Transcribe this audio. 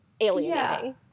alienating